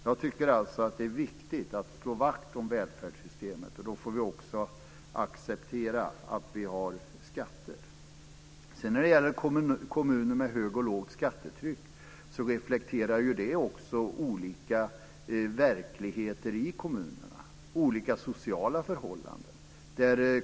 Jag tycker alltså att det är viktigt att slå vakt om välfärdssystemet, och då får vi också acceptera att vi har skatter. Detta med kommuner med högt eller lågt skattetryck reflekterar också olika verkligheter i kommunerna, olika sociala förhållanden.